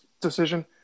decision